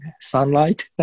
sunlight